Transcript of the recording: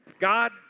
God